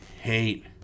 hate